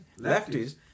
lefties